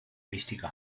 wichtige